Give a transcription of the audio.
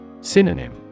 Synonym